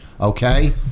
okay